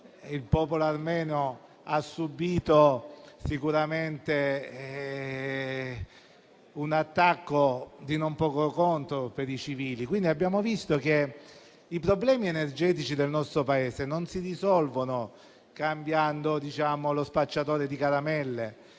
il popolo armeno ha subito un attacco di non poco conto per i civili). Abbiamo visto come i problemi energetici del nostro Paese non si risolvono cambiando lo "spacciatore di caramelle",